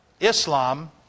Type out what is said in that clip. Islam